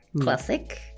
classic